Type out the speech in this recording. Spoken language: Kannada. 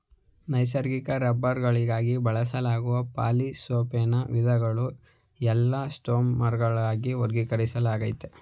ನೈಸರ್ಗಿಕ ರಬ್ಬರ್ಗಳಾಗಿ ಬಳಸಲಾಗುವ ಪಾಲಿಸೊಪ್ರೆನ್ನ ವಿಧಗಳನ್ನು ಎಲಾಸ್ಟೊಮರ್ಗಳಾಗಿ ವರ್ಗೀಕರಿಸಲಾಗಯ್ತೆ